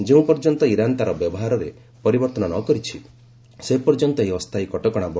ଯେଉଁ ପର୍ଯ୍ୟନ୍ତ ଇରାନ୍ ତା'ର ବ୍ୟବହାର ପରିବର୍ତ୍ତନ ନ କରିଛି ସେପର୍ଯ୍ୟନ୍ତ ଏହି ଅସ୍କାୟୀ କଟକଣା ବଳବତ୍ତର ରହିବ